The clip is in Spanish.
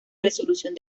resolución